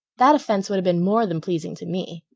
that offense would have been more than pleasing to me,